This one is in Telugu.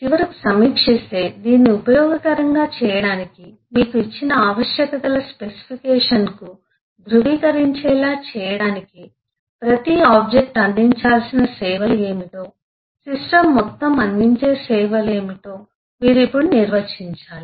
చివరకు సమీక్షిస్తే దీన్ని ఉపయోగకరంగా చేయడానికి మీకు ఇచ్చిన ఆవశ్యకతల స్పెసిఫికేషన్కు ధృవీకరించేలా చేయడానికి ప్రతి ఆబ్జెక్ట్ అందించాల్సిన సేవలు ఏమిటో సిస్టమ్ మొత్తం అందించే సేవలు ఏమిటో మీరు ఇప్పుడు నిర్వచించాలి